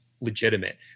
legitimate